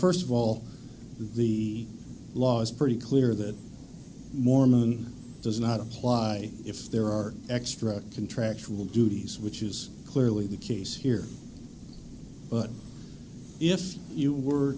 first of all the law is pretty clear that mormon does not apply if there are extra contractual duties which is clearly the case here but if you were